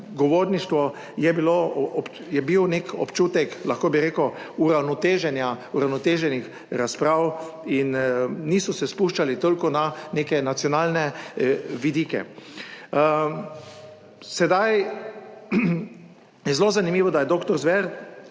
govorništvu je bilo, je bil nek občutek, lahko bi rekel uravnoteženih razprav in niso se spuščali toliko na neke nacionalne vidike. Sedaj je zelo zanimivo, da je doktor Zver